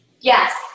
Yes